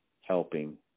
helping